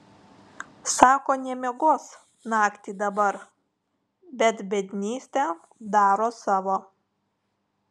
sako nemiegos naktį dabar bet biednystė daro savo